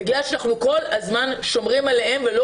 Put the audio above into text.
בגלל שאנחנו כל הזמן שומרים עליהם ולא